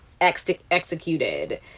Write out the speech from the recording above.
executed